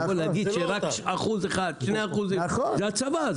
אני יכול להגיד שזה רק אחוז אחד או שני אחוזים זה הצבא,